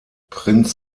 prinz